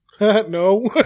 No